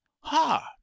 ha